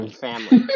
family